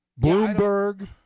Bloomberg